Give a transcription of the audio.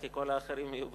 כי כל האחרים יהיו בקבינט.